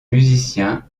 musicien